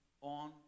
on